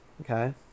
okay